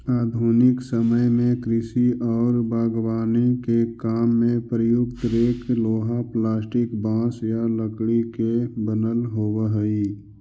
आधुनिक समय में कृषि औउर बागवानी के काम में प्रयुक्त रेक लोहा, प्लास्टिक, बाँस या लकड़ी के बनल होबऽ हई